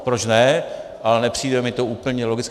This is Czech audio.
Proč ne, ale nepřijde mi to úplně logické.